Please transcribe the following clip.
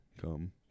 come